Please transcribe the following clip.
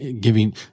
giving